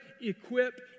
equip